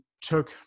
took